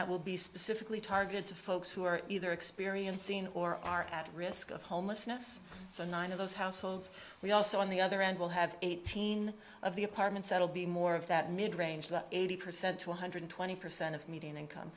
that will be specifically targeted to folks who are either experiencing or are at risk of homelessness so nine of those households we also on the other end will have eighteen of the apartments settled the more of that mid range that eighty percent to one hundred twenty percent of median income